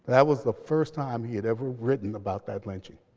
that was the first time he had ever written about that lynching.